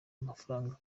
amafaranga